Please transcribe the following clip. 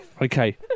Okay